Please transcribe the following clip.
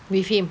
with him